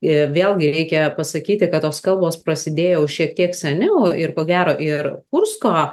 i vėlgi reikia pasakyti kad tos kalbos prasidėjo jau šiek tiek seniau ir ko gero ir kursko